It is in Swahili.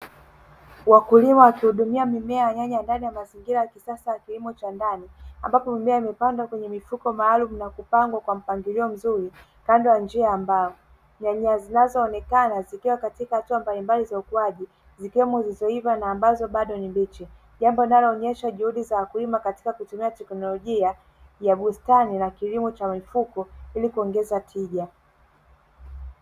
Wakulima wakihidumia mimea ya nyanya za kisasa katika mazingira ya kilimo cha ndani, ambapo mimea imepandwa kwenye mifuko maalumu na kupangwa kwa mpangilio mzuri kando ya njia ya mbao, nyanya zinazoonekana zikiwa katika hatua mbalimbali za ukuaji, zikiwemo zilizoiva na ambazo bado ni mbichi. Jambo linaloonyesha juhudi za wakulima katika kutumia teknolojia ya bustani na kilimo cha mifuko ili kuongeza tija.